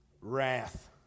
Wrath